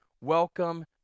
Welcome